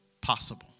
possible